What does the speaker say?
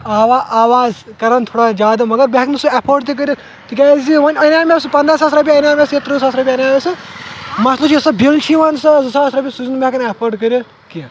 آوا آواز چھِ کَران تھوڑا جادٕ مگر بہٕ ہٮ۪کہٕ نہٕ سُہ اٮ۪فٲڈ تہِ کٔرِتھ تِکیٛازِ وۄنۍ اَنیو مےٚ سُہ پنٛداہ ساس رۄپیہِ اَنیٛاو مےٚ سُہ یا تٕرٛہ ساس رۄپیہِ اَنیو مےٚ سُہ مَسلہٕ چھُ یُس سُہ بِل چھِ یِوان ساس زٕ ساس رۄپیہِ سُہ چھُس نہٕ بہٕ ہٮ۪کان اٮ۪فٲڈ کٔرِتھ کیٚنٛہہ